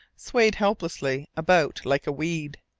swayed helplessly about like a weed.